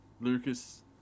Lucas